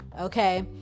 Okay